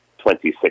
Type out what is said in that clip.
26